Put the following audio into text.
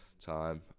time